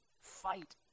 fight